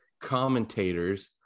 commentators